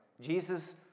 Jesus